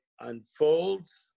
unfolds